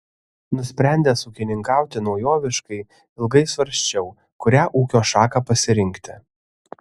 nusprendęs ūkininkauti naujoviškai ilgai svarsčiau kurią ūkio šaką pasirinkti